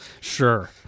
Sure